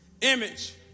image